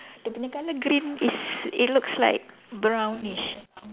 dia punya colour green is it looks like brownish